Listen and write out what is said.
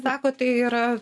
sako tai yra